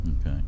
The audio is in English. Okay